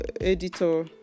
editor